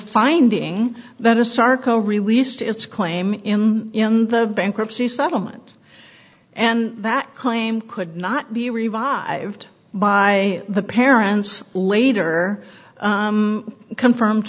finding that asarco released its claim him in the bankruptcy settlement and that claim could not be revived by the parents later confirmed